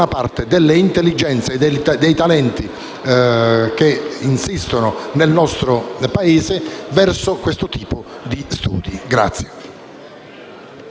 parte delle intelligenze e dei talenti che insistono nel nostro Paese verso questo tipo di studi.